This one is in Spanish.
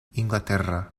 inglaterra